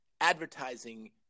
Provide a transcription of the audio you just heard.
advertising